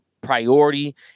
priority